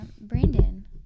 Brandon